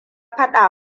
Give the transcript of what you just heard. fada